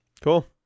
Cool